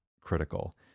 critical